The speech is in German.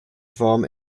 form